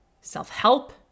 self-help